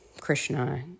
Krishna